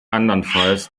andernfalls